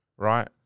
Right